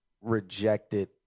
rejected